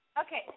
Okay